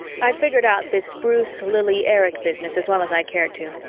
i'd figured out this bruce-lili-erich business as well as i cared to.